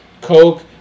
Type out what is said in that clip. coke